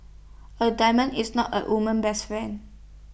A diamond is not A woman best friend